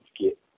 get